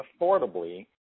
affordably